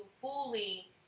fully